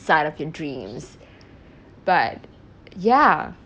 sight of your dreams but yah